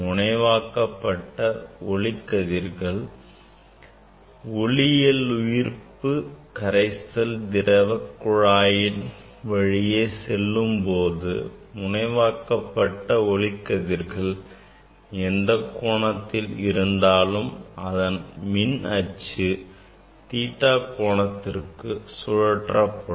முனைவாக்கப்பட்ட ஒளிக்கதிர்கள் ஒளியியலுயிர்ப்பு கரைசல் திரவ குழாயின் வழியே செல்லும்போது முனைவாக்கப்பட்ட ஒளிக்கதிர்கள் எந்தக் கோணத்தில் இருந்தாலும் அதன் மின் அச்சு theta கோணத்திற்கு சுழற்றப்படும்